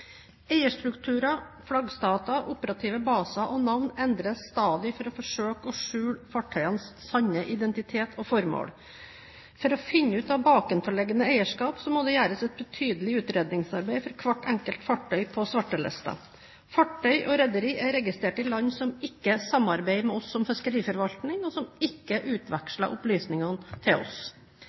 Eierstrukturer, flaggstater, operative baser og navn endres stadig for å forsøke å skjule fartøyenes sanne identitet og formål. For å finne ut av bakenforliggende eierskap må det gjøres et betydelig utredningsarbeid for hvert enkelt fartøy på svartelisten. Fartøy og rederier er registrert i land som ikke samarbeider med oss om fiskeriforvaltning, og som ikke utveksler opplysninger til oss.